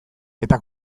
eta